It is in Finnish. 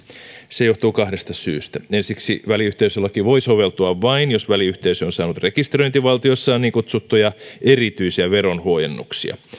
se johtuu kahdesta syystä ensiksi väliyhteisölaki voi soveltua vain jos väliyhteisö on saanut rekisteröintivaltiossaan niin kutsuttuja erityisiä veronhuojennuksia